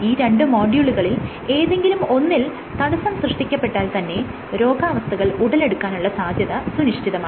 ഈ രണ്ട് മൊഡ്യൂളുകളിൽ ഏതെങ്കിലും ഒന്നിൽ തടസ്സം സൃഷ്ടിക്കപ്പെട്ടാൽ തന്നെ രോഗാവസ്ഥകൾ ഉടലെടുക്കാനുള്ള സാധ്യത സുനിശ്ചിതമാണ്